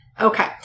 Okay